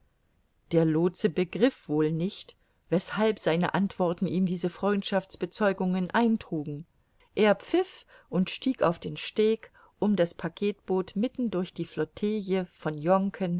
der lootse begriff wohl nicht weshalb seine antworten ihm diese freundschaftsbezeugungen eintrugen er pfiff und stieg auf den steg um das packetboot mitten durch die flotille von